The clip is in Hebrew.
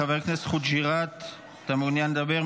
איננה, חבר הכנסת חוג'יראת, אתה מעוניין לדבר?